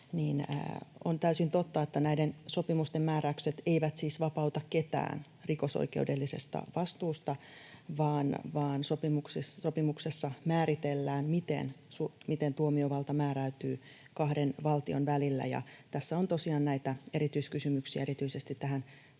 on täysin totta, että näiden sopimusten määräykset eivät siis vapauta ketään rikosoikeudellisesta vastuusta, vaan sopimuksessa määritellään, miten tuomiovalta määräytyy kahden valtion välillä, ja tässä on tosiaan näitä erityiskysymyksiä erityisesti tähän